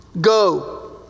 Go